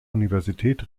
universität